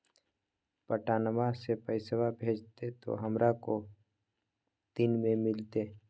पटनमा से पैसबा भेजते तो हमारा को दिन मे मिलते?